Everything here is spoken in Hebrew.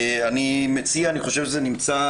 אני חושב שנייר